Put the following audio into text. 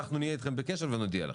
אנחנו נהיה איתכם בקשר ונודיע לכם.